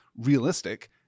realistic